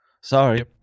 sorry